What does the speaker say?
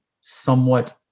somewhat